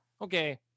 okay